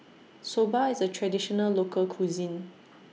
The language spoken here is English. Soba IS A Traditional Local Cuisine